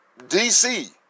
DC